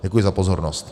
Děkuji za pozornost.